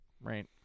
right